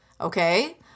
Okay